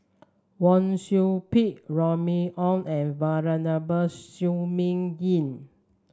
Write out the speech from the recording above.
Wang Sui Pick Remy Ong and Venerable Shi Ming Yi